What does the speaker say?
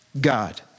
god